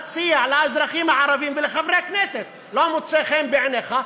מציע לאזרחים הערבים ולחברי הכנסת: לא מוצא חן בעיניך,